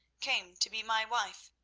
came to be my wife.